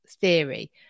theory